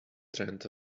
trend